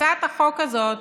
הצעת החוק הזאת,